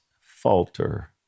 falter